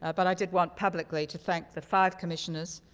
ah but i did want publicly to thank the five commissioners